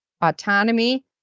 Autonomy